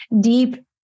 deep